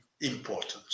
important